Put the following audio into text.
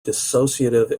dissociative